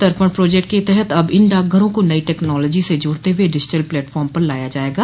दर्पण प्रोजेक्ट के तहत अब इन डाकघरों को नई टेक्नोलॉजी से जोड़ते हुए डिजिटल प्लेटफार्म पर लाया जायेगा